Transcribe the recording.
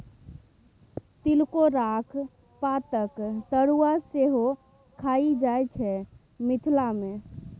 तिलकोराक पातक तरुआ सेहो खएल जाइ छै मिथिला मे